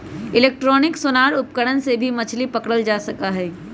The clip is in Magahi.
इलेक्ट्रॉनिक सोनार उपकरण से भी मछली पकड़ल जा सका हई